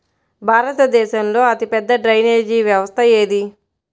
భారతదేశంలో అతిపెద్ద డ్రైనేజీ వ్యవస్థ ఏది?